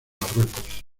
marruecos